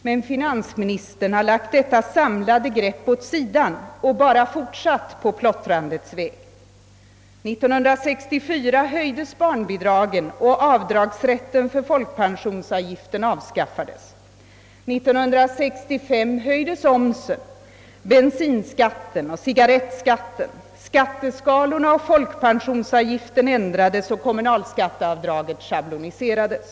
Men finansministern har lagt detta samlade grepp åt sidan och bara fortsatt på plottrandets väg. År 1964 höjdes barnbidragen, och avdragsrätten för folkpensionsavgiften avskaffades. Följande år höjdes omsen, bensinskatten och cigarrettskatten, skatteskalorna och = folkpensionsavgiften ändrades och kommunalskatteavdraget schabloniserades.